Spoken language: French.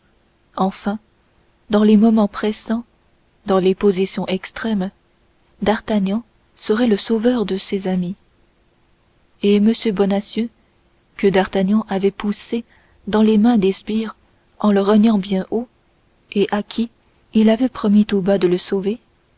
enfin dans les moments pressants dans les positions extrêmes d'artagnan serait le sauveur de ses amis et m bonacieux que d'artagnan avait poussé dans les mains des sbires en le reniant bien haut et à qui il avait promis tout bas de le sauver